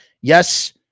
yes